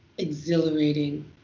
exhilarating